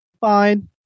fine